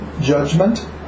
judgment